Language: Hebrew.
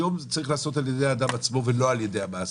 היום זה צריך להיעשות על ידי האדם עצמו ולא על ידי המעסיק,